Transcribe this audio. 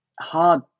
hard